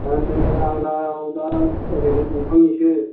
तारमाने आंनाव दा ओरैनो दंफांनिसो